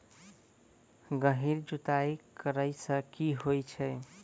गहिर जुताई करैय सँ की होइ छै?